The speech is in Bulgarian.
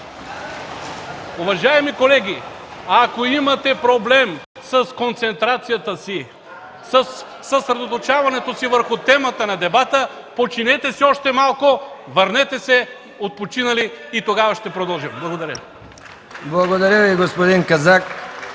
Уважаеми колеги, ако имате проблем с концентрацията си, за съсредоточаването си върху темата на дебата, починете си още малко, върнете се отпочинали и тогава ще продължим. Благодаря Ви.